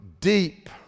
deep